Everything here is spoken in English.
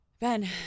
Ben